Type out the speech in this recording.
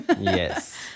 yes